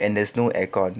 and there's no air con